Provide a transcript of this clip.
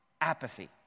apathy